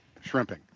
shrimping